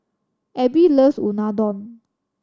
Abby loves Unadon